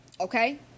Okay